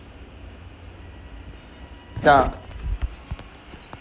ya